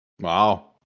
Wow